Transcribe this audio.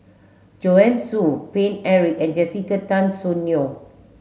Joanne Soo Paine Eric and Jessica Tan Soon Neo